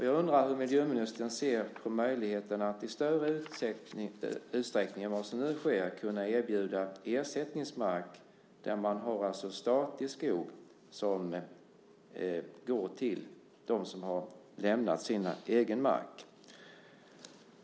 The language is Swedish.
Jag undrar hur miljöministern ser på möjligheterna att i större utsträckning än vad som nu sker kunna erbjuda ersättningsmark, där man alltså har statlig skog som går till dem som har lämnat sin egen mark.